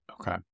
okay